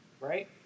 right